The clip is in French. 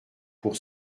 pour